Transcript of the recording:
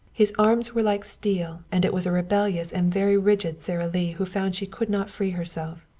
his arms were like steel, and it was a rebellious and very rigid sara lee who found she could not free herself.